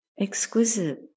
exquisite